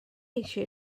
eisiau